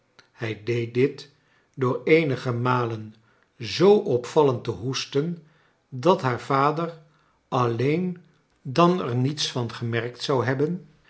hij deed dit door eenige malen zoo opvallend te hoesten dat haar vader alleen dan er niets van gemerkt zou hebben